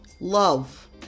love